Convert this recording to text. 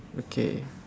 okay